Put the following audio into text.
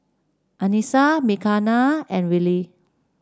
Anissa Mckenna and Wiley